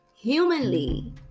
Humanly